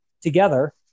together